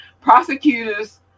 Prosecutors